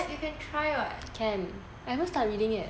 you can try [what]